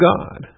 God